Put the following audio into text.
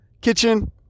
kitchen